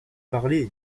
parlez